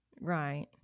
Right